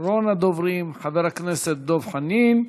אחרון הדוברים, חבר הכנסת דב חנין.